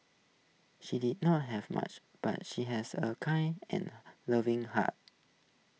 she did not have much but she has A kind and loving heart